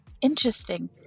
Interesting